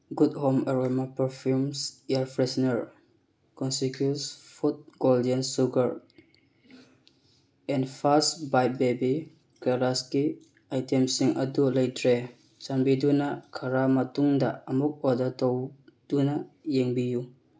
good home aroma perfumes air freshener cosmetics food golden sugar and fast bite baby ꯀꯦꯔꯁꯀꯤ ꯑꯥꯏꯇꯦꯝꯁꯤꯡ ꯑꯗꯨ ꯂꯩꯇ꯭ꯔꯦ ꯆꯥꯟꯕꯤꯗꯨꯅ ꯈꯔ ꯃꯇꯨꯡꯗ ꯑꯃꯨꯛ ꯑꯣꯗꯔ ꯇꯧꯅꯗꯨꯅ ꯌꯦꯡꯕꯤꯌꯨ